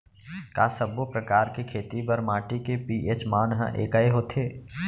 का सब्बो प्रकार के खेती बर माटी के पी.एच मान ह एकै होथे?